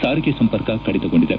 ಸಾರಿಗೆ ಸಂಪರ್ಕ ಕಡಿತಗೊಂಡಿದೆ